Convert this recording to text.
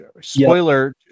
Spoiler